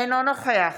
אינו נוכח